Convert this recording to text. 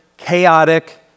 chaotic